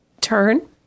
turn